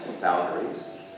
boundaries